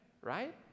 right